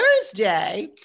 Thursday